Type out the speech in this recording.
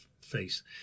face